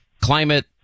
climate